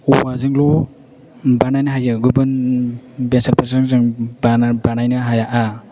औवाजोंल' बानायनो हायो गुबुन बेसादफोरजों जों बानायनो हाया